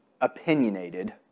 opinionated